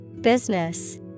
Business